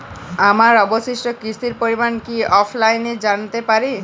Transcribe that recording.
আমার অবশিষ্ট কিস্তির পরিমাণ কি অফলাইনে জানতে পারি?